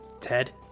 Ted